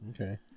Okay